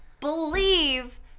believe